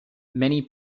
many